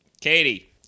Katie